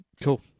Cool